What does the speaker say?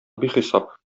бихисап